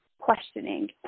questioning